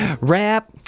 Rap